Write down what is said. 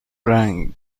رنگ